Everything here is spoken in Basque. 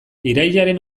irailaren